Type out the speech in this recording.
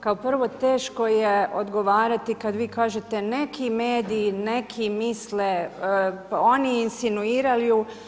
Kao prvo teško je odgovarati, kad vi kažete, neki mediji, neki misle, oni insinuiraju.